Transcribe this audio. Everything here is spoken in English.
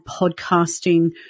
podcasting